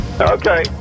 Okay